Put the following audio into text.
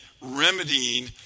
remedying